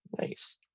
nice